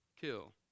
kill